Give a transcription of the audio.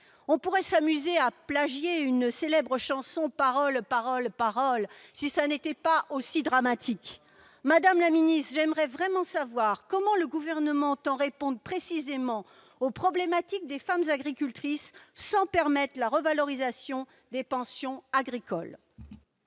On pourrait s'amuser à plagier une célèbre chanson et fredonner « Paroles, paroles, paroles », si le contexte n'était pas aussi dramatique ! Madame la ministre, j'aimerais vraiment savoir comment le Gouvernement entend répondre précisément aux problématiques des femmes agricultrices sans permettre la revalorisation des pensions agricoles